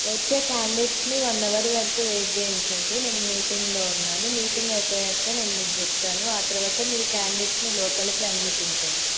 వచ్చే క్యాండిడేట్ని one hour వరకు వెయిట్ చేయించండి నేను మీటింగ్లో ఉన్నాను మీటింగ్ అయిపోయాక నేను మీకు చెప్తాను ఆ తరువాత మీరు క్యాండిడేట్ని లోపలకి అనుమతించండి